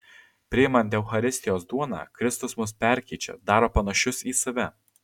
priimant eucharistijos duoną kristus mus perkeičia daro panašius į save